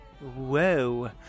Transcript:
Whoa